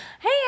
Hey